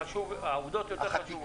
העובדות יותר חשובות.